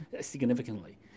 significantly